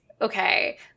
okay